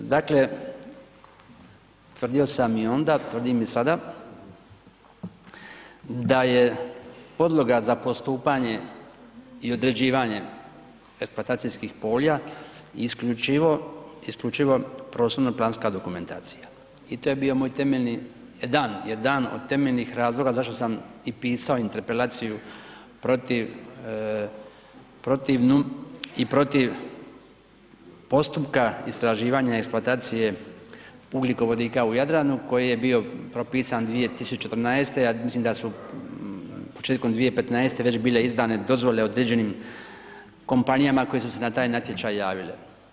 Dakle, tvrdio sam i onda tvrdim i sada da je podloga za postupanje i određivanje eksploatacijskih polja isključivo prostorno planska dokumentacija i to je bio moj temeljni, jedan od temeljnih razloga zašto sam i pisao interpelaciju protivnu i protiv postupka istraživanja eksploatacije ugljikovodika u Jadranu koji je bio propisan 2014., a mislim da su početkom već 2015. bile izdane dozvole određenim kompanijama koje su se na taj natječaj javile.